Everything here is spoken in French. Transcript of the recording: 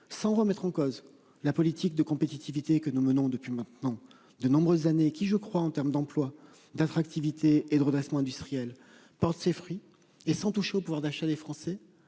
sans remettre en cause la politique de compétitivité que nous menons depuis maintenant de nombreuses années, qui je crois en terme d'emploi d'attractivité et de redressement industriel porte ses fruits et sans toucher au pouvoir d'achat des Français,